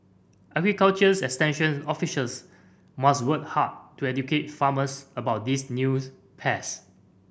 agriculture's extension officers must work hard to educate farmers about these news pest